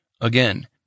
Again